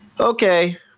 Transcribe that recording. Okay